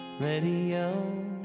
radio